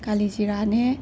Kali ꯖꯤꯔꯥꯅꯦ